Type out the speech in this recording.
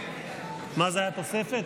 תוספת?